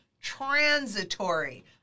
transitory